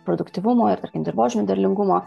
produktyvumo ir tarkim dirvožemio derlingumo